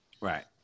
Right